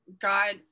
God